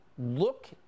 Look